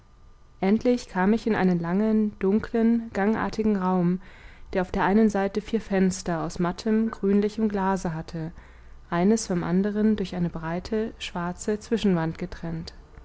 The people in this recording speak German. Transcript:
endlich kam ich in einen langen dunklen gangartigen raum der auf der einen seite vier fenster aus mattem grünlichem glase hatte eines vom anderen durch eine breite schwarze zwischenwand getrennt